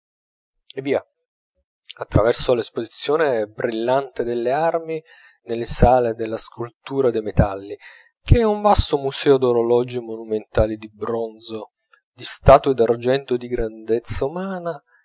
via a traverso all'esposizione brillante delle armi nelle sale della scultura dei metalli che è un vasto museo d'orologi monumentali di bronzo di statue d'argento di grandezza umana